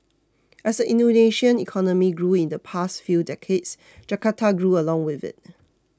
as the Indonesian economy grew in the past few decades Jakarta grew along with it